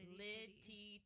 litty